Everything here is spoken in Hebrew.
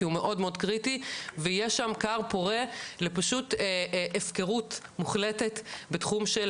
כי הוא מאוד מאוד קריטי ויש שם כר פורה לפשוט הפקרות מוחלטת בתחום של